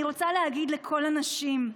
אני רוצה להגיד לכל הנשים: